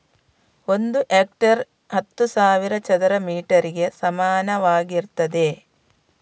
ಒಂದು ಹೆಕ್ಟೇರ್ ಹತ್ತು ಸಾವಿರ ಚದರ ಮೀಟರ್ ಗೆ ಸಮಾನವಾಗಿರ್ತದೆ